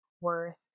worth